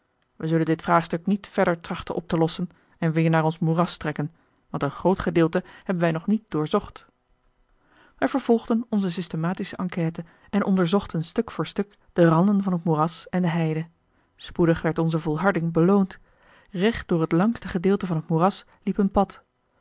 wij zullen dit vraagstuk niet verder trachten op te lossen en weer naar ons moeras trekken want een groot gedeelte hebben wij nog niet doorzocht wij vervolgden onze systematische enquête en onderzochten stuk voor stuk de randen van het moeras en de heide spoedig werd onze volharding beloond recht door het langste gedeelte van het moeras liep een pad